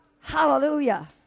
Hallelujah